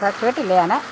കേട്ടില്ല ഞാൻ